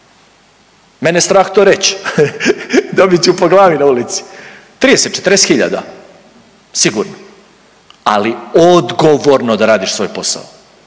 Mene je strah to reći, dobit ću po glavi na ulici, 30, 40 hiljada. Sigurno. Ali odgovorno da radiš svoj posao.